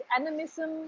animism